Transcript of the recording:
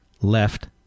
left